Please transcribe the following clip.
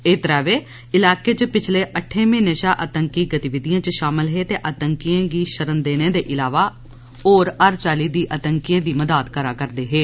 एह त्रैवे इलाके च पिछले अट्ठे म्हीने शा आतंकी गतिविधियें च शामल हे ते आतंकियें गी शरण देने दे इलावा होर हर चाल्ली दी आतंकियें दी मदाद करदे हे